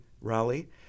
rally